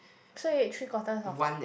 so you eat three quarter of